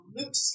Luke